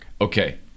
Okay